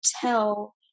tell